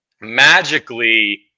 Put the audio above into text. magically